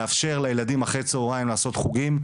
לאפשר לילדים אחר הצהריים לעשות חוגים.